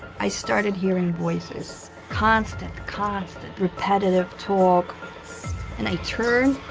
i started hearing voices constant constant repetitive talk and i turn